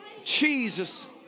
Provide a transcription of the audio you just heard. Jesus